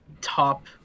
top